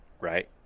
right